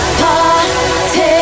party